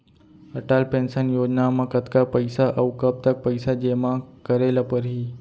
Atal pension Yojana म कतका पइसा, अऊ कब तक पइसा जेमा करे ल परही?